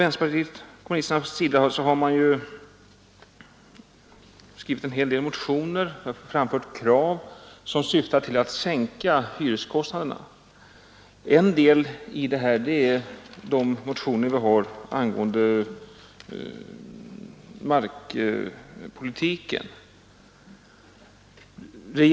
Vänsterpartiet kommunisterna har skrivit en hel del motioner om detta, och vi har framfört krav på en sänkning av hyreskostnaderna. En del av de motionerna har gällt markpolitiken.